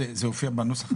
זה הופיע בנוסח?